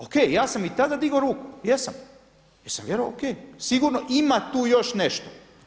O.K., ja sam i tada digao ruku, jesam, jer sam vjerovao O.K, sigurno ima tu još nešto.